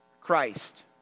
Christ